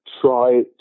try